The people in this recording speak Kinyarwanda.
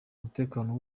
umutekano